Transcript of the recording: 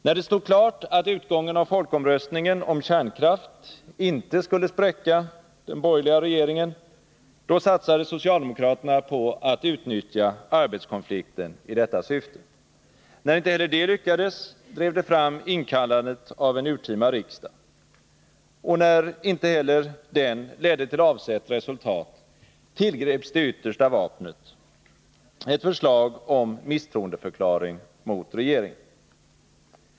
När det stod klart att utgången av folkomröstningen om kärnkraft inte skulle spräcka den borgerliga regeringen, satsade socialdemokraterna på att utnyttja arbetskonflikten i detta syfte. När inte heller detta lyckades, drev de fram inkallandet av en urtima riksdag. Och när inte heller den ledde till avsett resultat, tillgreps det yttersta vapnet: ett förslag om misstroendeförklaring mot regeringen.